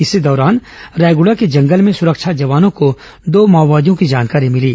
इसी दौरान रायगुड़ा के जंगल में सुरक्षा जवानों को दो माओवादियों की जानकारी मिली